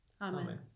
Amen